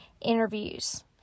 interviews